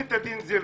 עו"ד זילבר,